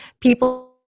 people